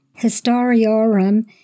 Historiorum